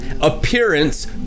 Appearance